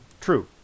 True